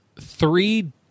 three